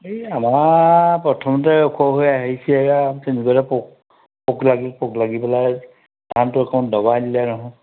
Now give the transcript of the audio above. এই আমাৰ প্ৰথমতে ওখ হৈ আহিছে তেনেকুৱাতে পোক পোক লাগি পোক লাগি পেলাই ধানটো অকণ দবাই নিলে নহয়